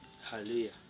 Hallelujah